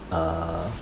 uh